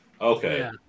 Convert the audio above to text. Okay